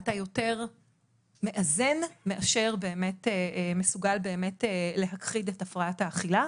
אתה יותר מאזן מאשר מסוגל באמת להכחיד את הפרעת האכילה.